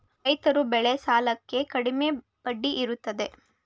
ರೈತರ ಬೆಳೆ ಸಾಲಕ್ಕೆ ಕಡಿಮೆ ಬಡ್ಡಿ ಇರುತ್ತದೆ